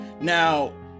now